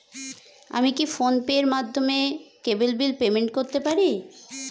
আমি কি ফোন পের মাধ্যমে কেবল বিল পেমেন্ট করতে পারি?